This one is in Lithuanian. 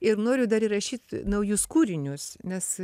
ir noriu dar įrašyt naujus kūrinius nes